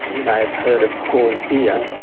you may have heard of coors beer.